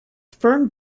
fern